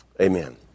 amen